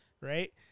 right